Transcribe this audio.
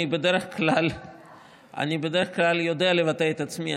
אני בדרך כלל יודע לבטא את עצמי,